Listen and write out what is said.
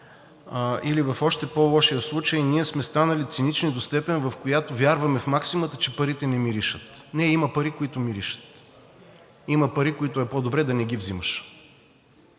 или в още по-лошия случай ние сме станали цинични до степен, в която вярваме в максимата, че парите не миришат. Не, има пари, които миришат, има пари, които е по-добре да не ги взимаш,